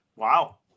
wow